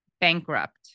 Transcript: bankrupt